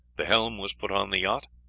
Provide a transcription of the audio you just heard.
the helm was put on the yacht,